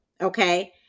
Okay